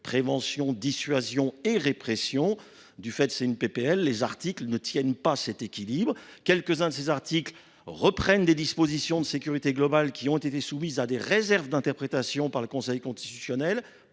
prévention, dissuasion et répression ». Du fait qu’il s’agit d’une proposition de loi, les articles du texte ne tiennent pas cet équilibre. Quelques uns de ces articles reprennent des dispositions de sécurité globale qui ont été soumises à des réserves d’interprétation par le Conseil constitutionnel.